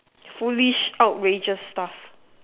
foolish outrageous stuff